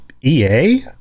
EA